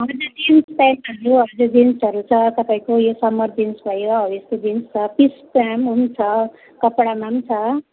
हजुर जिन्स प्यान्टहरू हजुर जिन्सहरू छ तपाईँको यो समर जिन्स भयो हो यस्तो जिन्स छ पिस चायहेमा पनि छ कपडा पनि छ